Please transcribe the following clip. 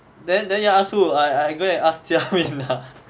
then then you want to ask who I I go and ask jia min